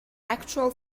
actual